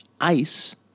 Ice